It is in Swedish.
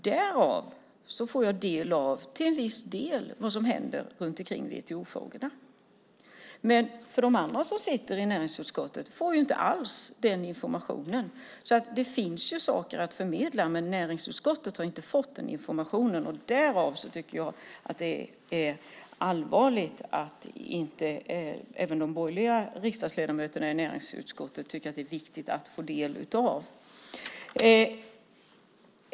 Därav får jag till viss del ta del av vad som händer i WTO-frågorna. Men de andra som sitter i näringsutskottet får inte alls den informationen. Det finns saker att förmedla, men näringsutskottet har inte fått den informationen. Därav tycker jag att det här är allvarligt. De borgerliga ledamöterna i näringsutskottet borde ju också tycka att det är viktigt att få del av detta.